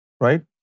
right